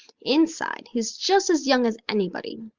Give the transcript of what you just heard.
inside he's just as young as anybody.